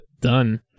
Done